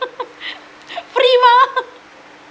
free mah